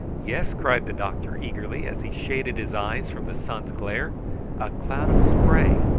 yes! cried the doctor eagerly, as he shaded his eyes from the sun's glare a cloud of spray.